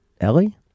Ellie